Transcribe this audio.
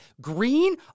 Green